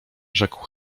rzekł